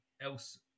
else